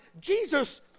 Jesus